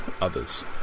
others